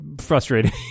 frustrating